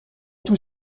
tout